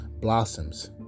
blossoms